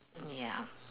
ya